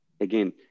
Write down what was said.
Again